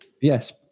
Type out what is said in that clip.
Yes